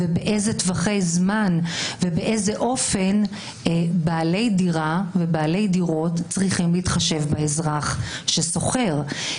באיזה טווחי זמן ובאיזה אופן בעלי דירות צריכים להתחשב באזרח ששוכר.